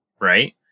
right